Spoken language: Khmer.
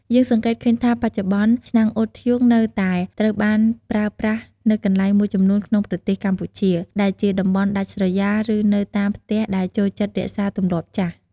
យើងសង្កេតឃើញថា បច្ចុប្បន្ន ឆ្នាំងអ៊ុតធ្យូងនៅតែត្រូវបានប្រើប្រាស់នៅកន្លែងមួយចំនួនក្នុងប្រទេសកម្ពុជា ដែលជាតំបន់ដាច់ស្រយាល ឬនៅតាមផ្ទះដែលចូលចិត្តរក្សាទម្លាប់ចាស់។